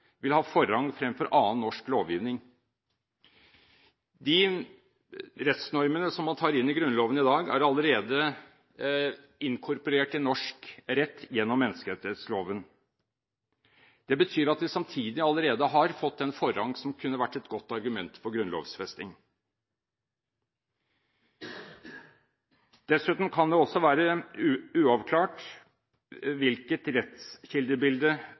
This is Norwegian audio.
vil ha forrang fremfor annen norsk lovgivning. De rettsnormene som man tar inn i Grunnloven i dag, er allerede inkorporert i norsk rett gjennom menneskerettsloven. Det betyr at de samtidig allerede har fått den forrang som kunne vært et godt argument for grunnlovfesting. Dessuten kan det også være uavklart hvilket rettskildebilde